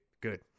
Good